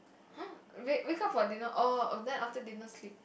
!huh! wake wake up for dinner orh oh then after dinner sleep